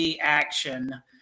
action